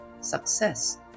success